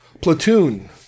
Platoon